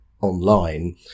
online